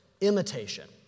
imitation